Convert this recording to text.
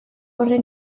horren